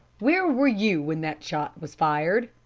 where were you when that shot was fired?